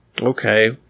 okay